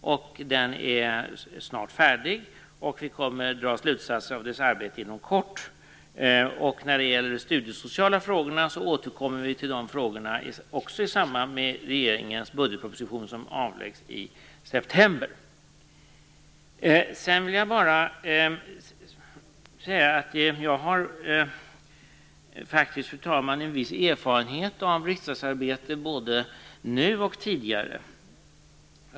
Den är snart färdig, och vi kommer att dra slutsatser av dess arbete inom kort. De studiesociala frågorna återkommer jag också till i samband med regeringens budgetproposition, som läggs fram i september. Sedan vill jag bara säga, fru talman, att jag faktiskt har en viss erfarenhet av riksdagsarbete både nu och tidigare.